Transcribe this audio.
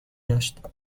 گشت